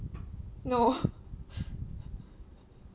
no